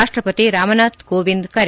ರಾಷ್ಟಪತಿ ರಾಮನಾಥ್ ಕೋವಿಂದ್ ಕರೆ